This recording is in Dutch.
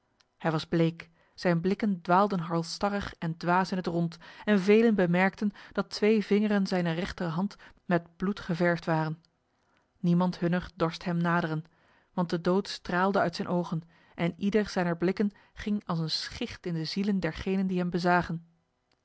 hij was bleek zijn blikken dwaalden halsstarrig en dwaas in het rond en velen bemerkten dat twee vingeren zijner rechterhand met bloed geverfd waren niemand hunner dorst hem naderen want de dood straalde uit zijn ogen en ieder zijner blikken ging als een schicht in de zielen dergenen die hem bezagen